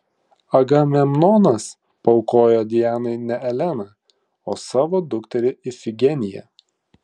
agamemnonas paaukojo dianai ne eleną o savo dukterį ifigeniją